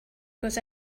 goes